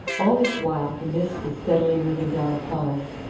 all this while the mist was steadily moving down upon us,